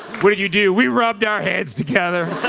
what did you do? we rubbed our heads together.